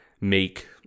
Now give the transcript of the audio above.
make